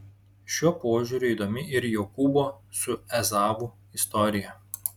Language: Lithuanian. šiuo požiūriu įdomi ir jokūbo su ezavu istorija